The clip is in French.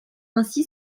ainsi